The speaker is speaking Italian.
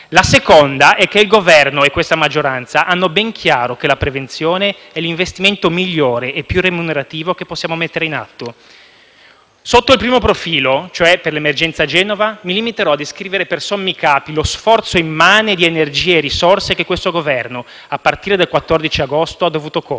La seconda è che il Governo e questa maggioranza hanno ben chiaro che la prevenzione è l’investimento migliore e più remunerativo che possiamo mettere in atto. Sotto il primo profilo, cioè per l’emergenza Genova, mi limiterò a descrivere per sommi capi lo sforzo immane di energie e risorse che questo Governo, a partire dal 14 agosto, ha dovuto compiere.